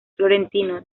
florentino